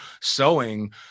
sewing